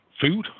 food